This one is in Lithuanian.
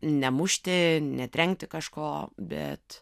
nemušti netrenkti kažko bet